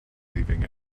leaving